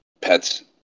pets